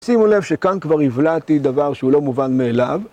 שימו לב שכאן כבר הבלעתי דבר שהוא לא מובן מאליו.